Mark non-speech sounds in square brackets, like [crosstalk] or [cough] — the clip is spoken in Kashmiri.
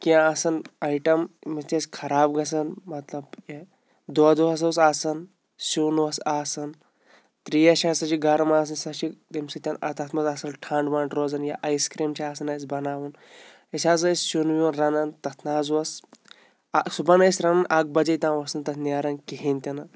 کیٚنٛہہ آسان آیٹَم یِم [unintelligible] خراب گژھان مطلب یہِ دۄد اوس حظ آسان سیُن اوس آسان ترٛیش ہسا چھِ گَرم آسٕنۍ سۄ چھِ تَمۍ سۭتۍ اَ تَتھ منٛز اَصٕل ٹھنٛڈ وَنٛڈ روزان یا آیِس کرٛیٖم چھِ آسان اَسہِ بَناوُن أسۍ حظ ٲسۍ سیُن ویُن رَنان تَتھ نَہ حظ اوس صُبحَن ٲسۍ رَنان اَکھ بَجے تام اوس نہٕ تَتھ نیران کِہیٖنۍ تہِ نہٕ